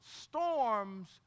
storms